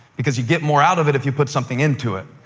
because you get more out of it if you put something into it,